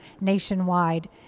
nationwide